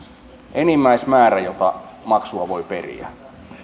enimmäismäärän jota maksua voi periä